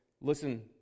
listen